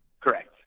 Correct